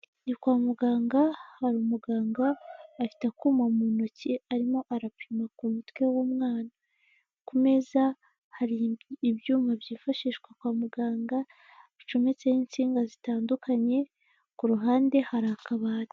Ni kwa muganga hari umuganga afite akuma mu ntoki arimo arapima ku mutwe w'umwana, ku meza hari ibyuma byifashishwa kwa muganga bicometseho itsinga zitandukanye, ku ruhande hari akabati.